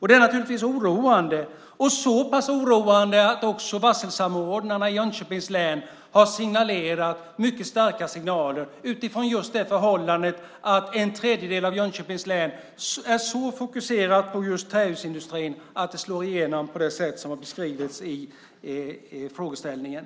Det är så pass oroande att varselsamordnarna i Jönköpings län har gett starka signaler eftersom en tredjedel av Jönköpings län är så fokuserat på trähusindustrin att det slår igenom på det sätt som har beskrivits i frågeställningen.